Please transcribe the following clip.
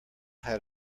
had